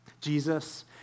Jesus